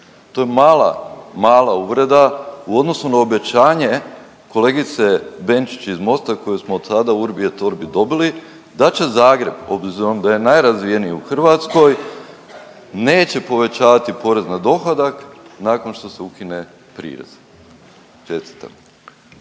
To je mala, mala uvreda u odnosu na obećanje kolegice Benčić iz Mosta koje smo od sada urbi et orbi dobili, da će Zagreb obzirom da je najrazvijeniji u Hrvatskoj, neće povećavati porez na dohodak nakon što se ukine prirez.